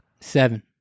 Seven